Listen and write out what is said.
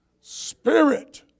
Spirit